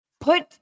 Put